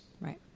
Right